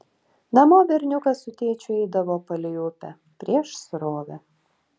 namo berniukas su tėčiu eidavo palei upę prieš srovę